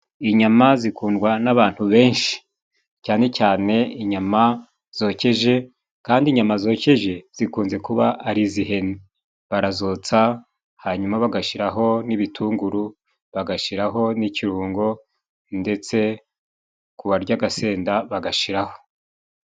Inyama zikundwa n'abantu benshi, cyane cyane inyama zokeje, kandi inyama zokeje zikunze kuba ari iz'ihene. Barazotsa hanyuma bagashiraho n'ibitunguru, bagashiraho n'ikirungo ndetse ku barya agasenda bagashiraho.